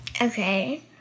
Okay